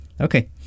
Okay